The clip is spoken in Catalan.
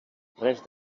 res